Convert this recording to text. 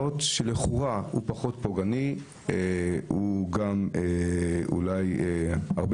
לכאורה הוא פחות פוגעני והוא אולי הרבה